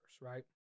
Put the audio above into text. right